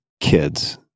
kids